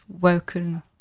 woken